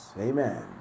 amen